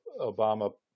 Obama